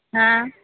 ହଁ